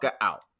out